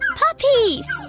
puppies